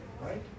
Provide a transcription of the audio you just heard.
right